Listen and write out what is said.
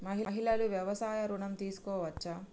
మహిళలు వ్యవసాయ ఋణం తీసుకోవచ్చా?